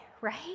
right